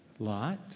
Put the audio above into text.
Lot